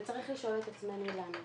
וצריך לשאול את עצמנו למה,